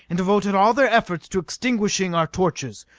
and devoted all their efforts to extinguishing our torches.